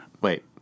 Wait